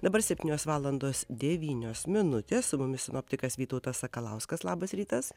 dabar septynios valandos devynios minutės su mumis sinoptikas vytautas sakalauskas labas rytas